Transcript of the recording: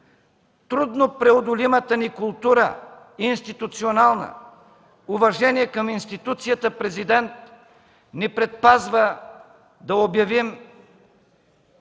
трудно преодолимата ни култура – институционална, уважение към институцията Президент ни предпазва да обявим